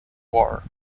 war